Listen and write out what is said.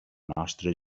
nostra